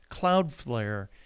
Cloudflare